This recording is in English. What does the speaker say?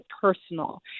personal